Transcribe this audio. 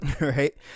right